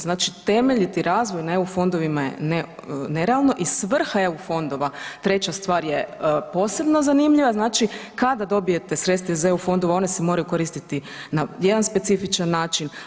Znači, temeljiti razvoj na EU fondovima je nerealno i svrha EU fondova, treća stvar je posebno zanimljiva, znači kada dobijete sredstva iz EU fondova ona se moraju koristiti na jedan specifičan način.